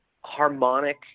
harmonic